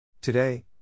Today